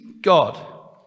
God